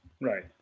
Right